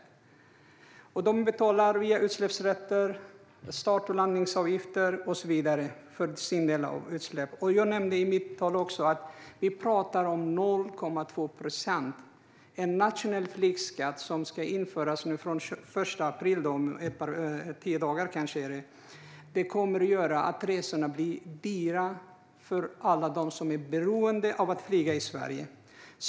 De betalar för sin del av utsläppen via utsläppsrätter, start och landningsavgifter och så vidare. I mitt anförande nämnde jag siffran 0,2 procent i samband med den nationella flygskatt som ska införas från den 1 april, om ungefär tio dagar, och som kommer att göra resorna dyra för alla dem som är beroende av att flyga i Sverige.